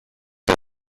das